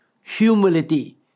humility